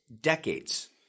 decades